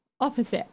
opposite